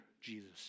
Jesus